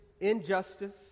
injustice